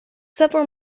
several